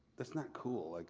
that's not cool. like